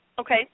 okay